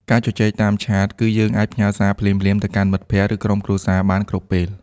ការជជែកតាមឆាត គឺយើងអាចផ្ញើសារភ្លាមៗទៅកាន់មិត្តភក្ដិ ឬក្រុមគ្រួសារបានគ្រប់ពេល។